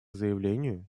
заявлению